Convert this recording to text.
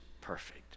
perfect